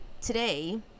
today